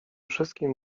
wszystkim